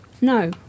No